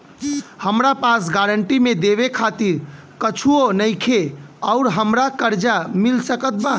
हमरा पास गारंटी मे देवे खातिर कुछूओ नईखे और हमरा कर्जा मिल सकत बा?